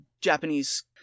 Japanese